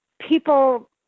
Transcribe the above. people